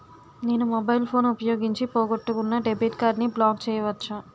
నేను mobile phone ఉపయోగించి పోగొట్టుకున్న డెబిట్ కార్డ్ని బ్లాక్ చేయవచ్చా?